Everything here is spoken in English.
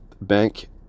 bank